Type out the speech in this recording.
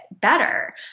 better